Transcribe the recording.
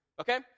okay